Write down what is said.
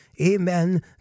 amen